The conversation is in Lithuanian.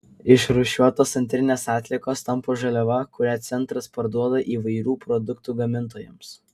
išrūšiuotos antrinės atliekos tampa žaliava kurią centras parduoda įvairių produktų gamintojams